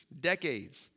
decades